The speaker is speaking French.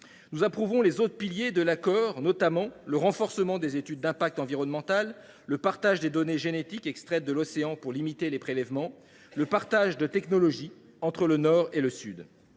Nous approuvons les autres piliers de l’accord, notamment le renforcement des études d’impact environnemental, le partage des données génétiques extraites de l’océan pour limiter les prélèvements, le partage de technologies entre le Nord et le Sud.